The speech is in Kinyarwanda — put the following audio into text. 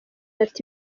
ati